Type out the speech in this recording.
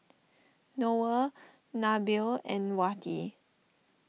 Noah Nabil and Wati